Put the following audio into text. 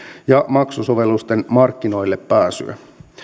ja maksusovellusten markkinoillepääsyä